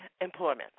employment